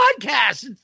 podcast